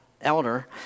elder